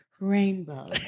rainbow